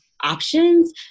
options